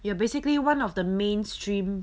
you are basically one of the main stream